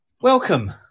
Welcome